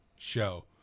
show